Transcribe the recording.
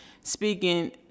speaking